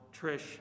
Trish